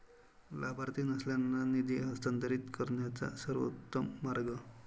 लाभार्थी नसलेल्यांना निधी हस्तांतरित करण्याचा सर्वोत्तम मार्ग